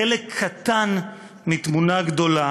חלק קטן מתמונה גדולה,